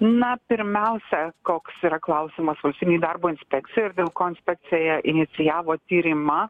na pirmiausia koks yra klausimas valstybynei darbo inspekcijai ir dėl ko inspekcija inicijavo tyrimą